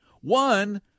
One